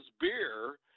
beer